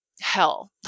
hell